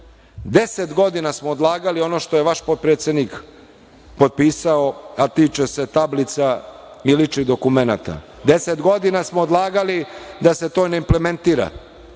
godina smo odlagali ono što je vaš potpredsednik potpisao, a tiče se tablica i ličnih dokumenata. Deset godina smo odlagali da se to ne implementira. Isto